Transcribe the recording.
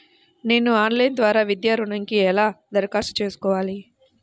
నేను ఆన్లైన్ ద్వారా విద్యా ఋణంకి ఎలా దరఖాస్తు చేసుకోవాలి?